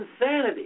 insanity